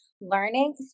learning